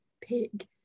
pig